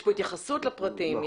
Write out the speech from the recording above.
יש פה התייחסות לפרטים.